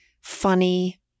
funny